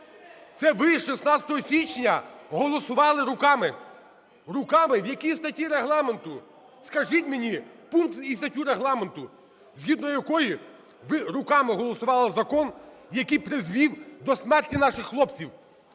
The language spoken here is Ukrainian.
Це ви 16 січня голосували руками – руками! В якій статті Регламенту, скажіть мені пункт і статтю Регламенту, згідно якої ви руками голосували закон, який призвів до смерті наших хлопців,